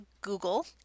Google